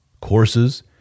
courses